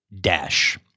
Dash